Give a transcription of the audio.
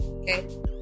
Okay